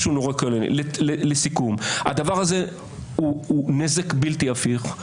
הפסיקות שהוא נתן, הוא יותר ליברלי או יותר שמרן,